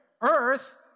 Earth